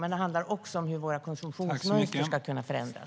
Men det handlar också om hur våra konsumtionsmönster ska kunna förändras.